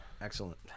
Excellent